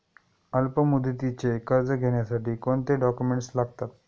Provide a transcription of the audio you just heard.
अल्पमुदतीचे कर्ज घेण्यासाठी कोणते डॉक्युमेंट्स लागतात?